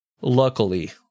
Luckily